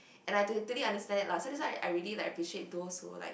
and I had to fully understand it lah so that's why I like really appreciate those who like